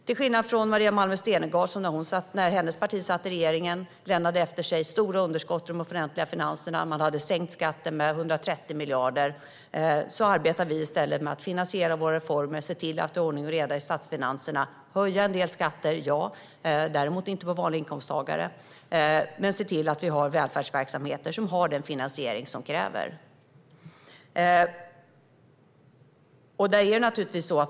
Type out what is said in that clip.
Till skillnad från Maria Malmer Stenergards parti, som lämnade efter sig stora underskott i de offentliga finanserna när man satt i regeringsställning - man hade sänkt skatten med 130 miljarder - arbetar vi med att finansiera våra reformer och se till att det är ordning i statsfinanserna. Vi höjer en del skatter, däremot inte för vanliga inkomsttagare, och ser till att vi har den finansiering som krävs.